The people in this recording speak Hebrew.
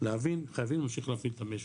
להבין שחייבים להפעיל את המשק.